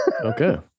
Okay